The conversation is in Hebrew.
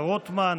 לקביעת הוועדה.